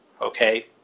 okay